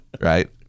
Right